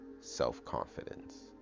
self-confidence